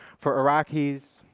for iraqis,